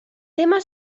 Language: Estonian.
tema